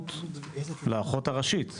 הסמכות לאחות הראשית להכיר.